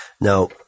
Now